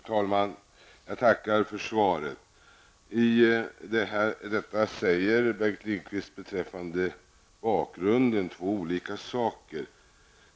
Herr talman! Jag tackar för svaret. I svaret säger Bengt Lindqvist beträffande bakgrunden två olika saker.